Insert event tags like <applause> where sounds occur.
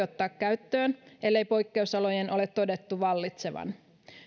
<unintelligible> ottaa käyttöön ellei poikkeusolojen ole todettu vallitsevan